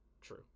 True